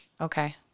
Okay